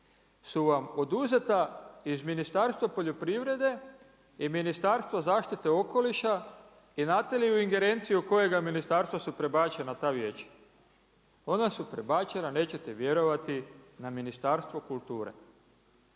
su vam oduzeta iz Ministarstva poljoprivrede i Ministarstvo zaštite okoliša i znate li u ingerenciju kojega ministarstva su prebačena ta vijeća? Ona su prebačena nećete vjerovati na Ministarstvo kulture.